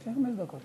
יש לך עוד דקה.